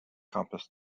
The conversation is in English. compass